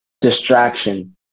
distraction